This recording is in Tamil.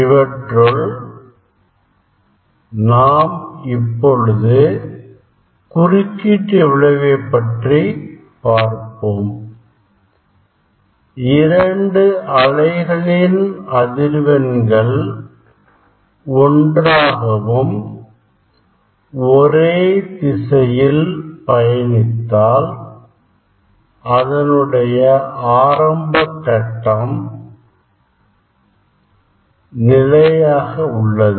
இவற்றுள் நாம் இப்பொழுது குறுக்கீட்டு விளைவை பற்றி பார்ப்போம் இரண்டு அலைகளின் அதிர்வெண்கள் ஒன்றாகவும் ஒரே திசையில் பயணித்தால் அதனுடைய ஆரம்பக் கட்டம் Φ நிலையாக உள்ளது